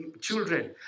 children